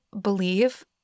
believe